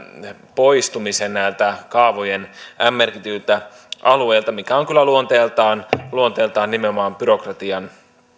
poistumisen näiltä kaavojen m merkityiltä alueilta mikä on kyllä luonteeltaan luonteeltaan nimenomaan